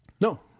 no